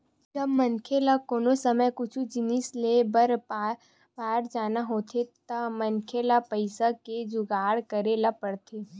जब मनखे ल कोनो समे कुछु जिनिस लेय बर पर जाना होथे त मनखे ल पइसा के जुगाड़ करे ल परथे